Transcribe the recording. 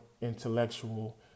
intellectual